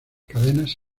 cadenas